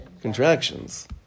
contractions